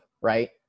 right